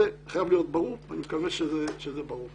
זה חייב להיות ברור, ואני מקווה שזה ברור.